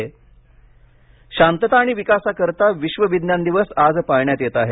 उपराष्ट्पती शांतता आणि विकासाकरिता विश्व विज्ञान दिवस आज पाळण्यात येत आहे